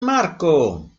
marco